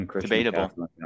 Debatable